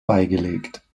beigelegt